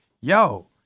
yo